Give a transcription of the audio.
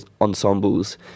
ensembles